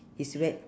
he's wea~